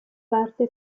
parte